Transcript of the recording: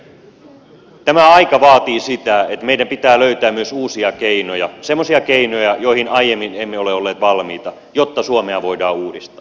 eli tämä aika vaatii sitä että meidän pitää löytää myös uusia keinoja semmoisia keinoja joihin aiemmin emme ole olleet valmiita jotta suomea voidaan uudistaa